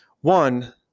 One